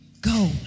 Go